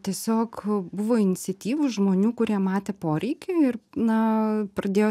tiesiog buvo iniciatyvų žmonių kurie matė poreikį ir na pradėjo